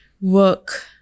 work